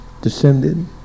descended